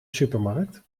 supermarkt